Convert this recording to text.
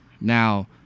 now